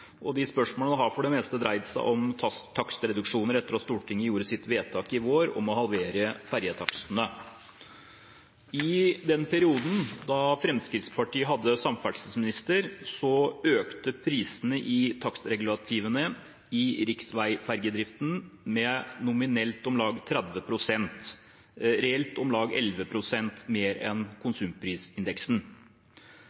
og de spørsmålene har for det meste dreid seg om takstreduksjoner etter at Stortinget gjorde sitt vedtak i vår om å halvere ferjetakstene. I den perioden da Fremskrittspartiet hadde samferdselsministeren, økte prisene i takstregulativene i riksveiferjedriften med nominelt om lag 30 pst., reelt om lag 11 pst. mer enn